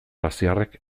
asiarrek